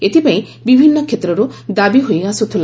ଏଥିପାଇଁ ବିଭିନ୍ନ କ୍ଷେତ୍ରରୁ ଦାବି ହୋଇ ଆସୁଥିଲା